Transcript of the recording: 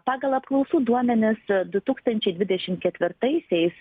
pagal apklausų duomenis du tūkstančiai dvidešim ketvirtaisiais